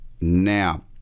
now